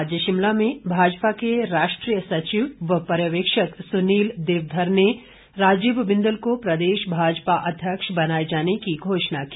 आज शिमला में भाजपा के राष्ट्रीय सचिव व पर्यवेक्षक सुनील देवधर ने राजीव बिंदल को प्रदेश भाजपा अध्यक्ष बनाए जाने की घोषणा की